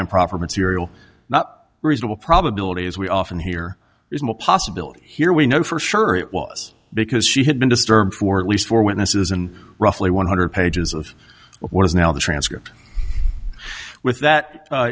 improper material not reasonable probability as we often hear there's a possibility here we know for sure it was because she had been disturbed for at least four witnesses and roughly one hundred pages of what is now the transcript with that u